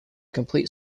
complete